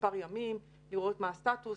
למספר ימים לראות מה הסטטוס,